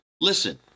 Listen